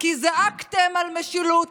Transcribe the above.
כי זעקתם על משילות.